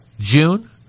June